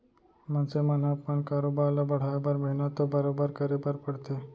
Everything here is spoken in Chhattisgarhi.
मनसे मन ह अपन कारोबार ल बढ़ाए बर मेहनत तो बरोबर करे बर परथे